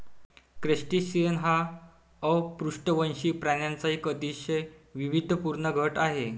crustacean हा अपृष्ठवंशी प्राण्यांचा एक अतिशय वैविध्यपूर्ण गट आहे